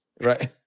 Right